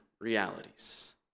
realities